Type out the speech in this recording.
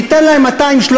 ניתן להם 200,000,